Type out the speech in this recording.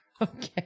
Okay